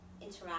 interact